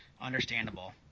understandable